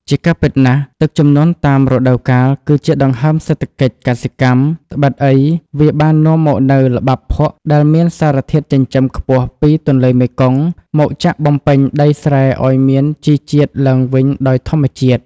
ជាការពិតណាស់ ទឹកជំនន់តាមរដូវកាលគឺជាដង្ហើមសេដ្ឋកិច្ចកសិកម្ម ត្បិតអីវាបាននាំមកនូវល្បាប់ភក់ដែលមានសារធាតុចិញ្ចឹមខ្ពស់ពីទន្លេមេគង្គ មកចាក់បំពេញដីស្រែឱ្យមានជីជាតិឡើងវិញដោយធម្មជាតិ។